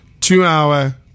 two-hour